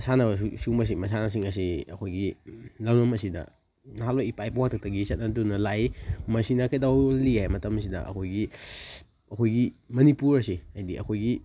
ꯁꯥꯟꯅꯕꯁꯨ ꯑꯁꯨꯝꯕꯁꯤ ꯃꯁꯥꯟꯅꯁꯤꯡ ꯑꯁꯤ ꯑꯩꯈꯣꯏꯒꯤ ꯂꯝꯗꯝ ꯑꯁꯤꯗ ꯅꯍꯥꯟꯋꯥꯏ ꯏꯄꯥ ꯏꯄꯨ ꯍꯥꯛꯇꯛꯇꯒꯤ ꯆꯠꯅꯗꯨꯅ ꯂꯥꯛꯏ ꯃꯁꯤꯅ ꯀꯩꯗꯧꯍꯜꯂꯤ ꯍꯥꯏꯕ ꯃꯇꯝꯁꯤꯗ ꯑꯩꯈꯣꯏꯒꯤ ꯑꯩꯈꯣꯏꯒꯤ ꯃꯅꯤꯄꯨꯔ ꯑꯁꯦ ꯍꯥꯏꯕꯗꯤ ꯑꯩꯈꯣꯏꯒꯤ